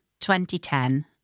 2010